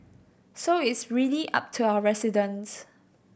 so it's really up to our residents